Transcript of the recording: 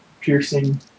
piercing